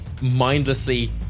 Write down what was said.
Mindlessly